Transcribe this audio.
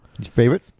Favorite